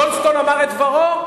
גולדסטון אמר את דברו?